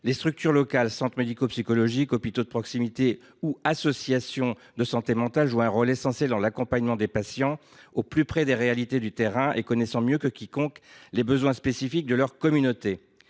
Les structures locales – centres médico psychologiques, hôpitaux de proximité ou encore associations de santé mentale – jouent un rôle essentiel dans l’accompagnement des patients, au plus près des réalités du terrain. Leurs équipes connaissent mieux que quiconque les besoins spécifiques des communautés